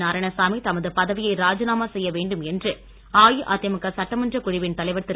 நாராயணசாமி தமது பதவியை ராஜினாமா செய்ய வேண்டும் என்று அஇஅதிமுக சட்டமன்றக் குழுவின் தலைவர் திரு